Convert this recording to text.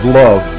love